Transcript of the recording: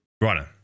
right